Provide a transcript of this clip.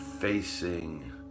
facing